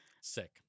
Sick